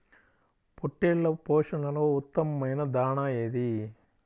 పొట్టెళ్ల పోషణలో ఉత్తమమైన దాణా ఏది?